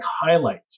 highlight